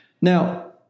now